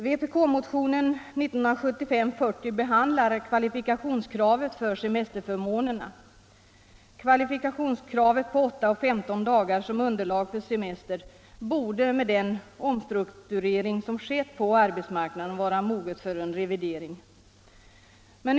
Vpk-motionen 1975:40 behandlar kvalifikationskravet för semesterförmånerna. Kvalifikationskravet på åtta och femton dagar som underlag för semester borde, med den omstrukturering som har skett på arbetsmarknaden, vara moget för en revidering.